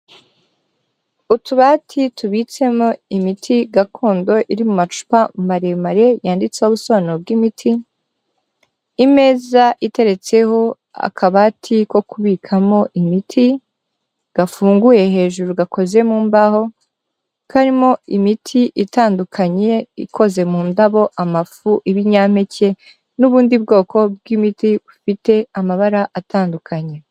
Utubati tubitsemo imiti gakondo iri mu macupa maremare yanditseho ubusobanuro bw'imiti, imeza iteretseho akabati ko kubikamo imiti gafunguye hejuru gakoze mu mbaho, karimo imiti itandukanye ikoze mu ndabo, amafu, ibinyampeke n'ubundi bwoko bw'imiti bufite amabara atandukanye.